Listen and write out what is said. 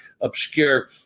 obscure